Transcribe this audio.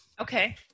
Okay